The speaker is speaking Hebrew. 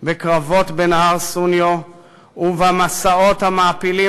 בקרבות בנהר סניו ובמסעות המעפילים